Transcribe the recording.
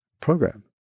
program